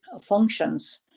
functions